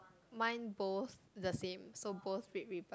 mine both the same so both red ribbon